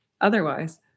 otherwise